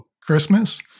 Christmas